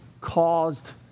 caused